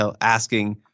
asking